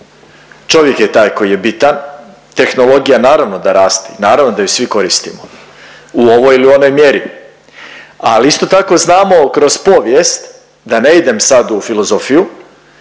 čovjek je taj koji je bitan, tehnologija, naravno da raste, naravno da ju svi koristimo u ovoj ili onoj mjeri, ali isto tako znamo kroz povijest da ne idem sad u filozofiju,